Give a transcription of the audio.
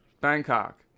Bangkok